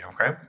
okay